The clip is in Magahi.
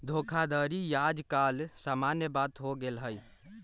धोखाधड़ी याज काल समान्य बात हो गेल हइ